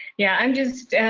yeah, i'm just